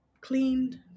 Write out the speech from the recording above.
cleaned